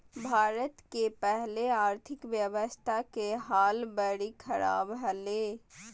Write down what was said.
भारत के पहले आर्थिक व्यवस्था के हाल बरी ख़राब हले